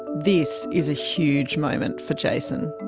this is a huge moment for jason.